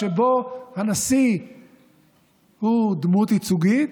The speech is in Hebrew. שבו הנשיא הוא דמות ייצוגית,